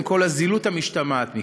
עם כל הזילות המשתמעת מכך.